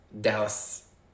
Dallas